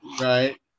Right